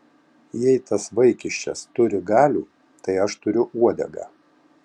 jei tas vaikiščias turi galių tai aš turiu uodegą